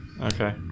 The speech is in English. Okay